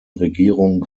regierung